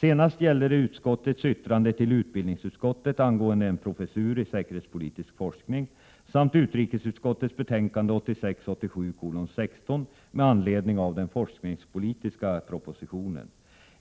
Senast gällde det utskottets yttrande till utbildningsutskottet angående en professur i säkerhetspolitisk forskning samt utrikesutskottets betänkande 1986/87:16 med anledning av den forskningspolitiska propositionen.